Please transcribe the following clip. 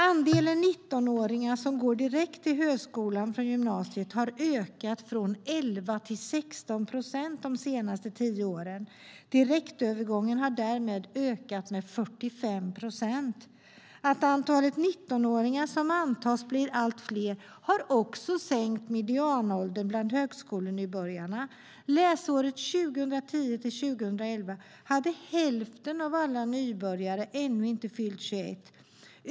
Andelen 19-åringar som går direkt till högskolan från gymnasiet har ökat från 11 till 16 procent de senaste tio åren. Direktövergången har därmed ökat med 45 procent. Att antalet 19-åringar som antas blir allt fler har också sänkt medianåldern bland högskolenybörjarna. Läsåret 2010/2011 hade hälften av alla nybörjare ännu inte fyllt 21 år.